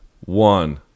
One